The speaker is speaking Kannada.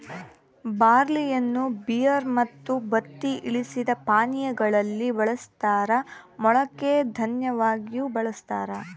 ಬಾರ್ಲಿಯನ್ನು ಬಿಯರ್ ಮತ್ತು ಬತ್ತಿ ಇಳಿಸಿದ ಪಾನೀಯಾ ಗಳಲ್ಲಿ ಬಳಸ್ತಾರ ಮೊಳಕೆ ದನ್ಯವಾಗಿಯೂ ಬಳಸ್ತಾರ